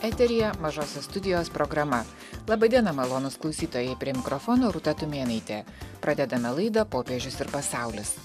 eteryje mažosios studijos programa laba diena malonūs klausytojai prie mikrofono rūta tumėnaitė pradedame laidą popiežius ir pasaulis